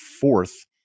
fourth